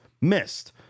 missed